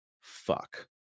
fuck